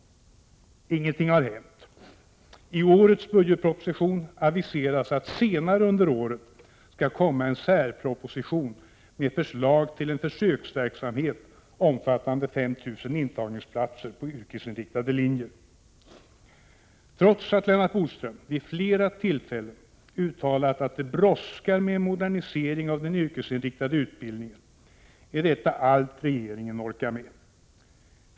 Ingenting har hänt. I årets budgetproposition aviseras att det senare under året skall komma en särproposition med förslag till en försöksverksamhet omfattande 5 000 intagningsplater på yrkesinriktade linjer. Trots att Lennart Bodström vid flera tillfällen uttalat att det brådskar med en modernisering av den yrkesinriktade utbildningen är detta allt regeringen orkar med.